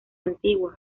antiguo